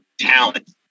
talent